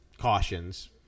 Cautions